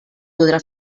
podrà